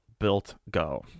BuiltGo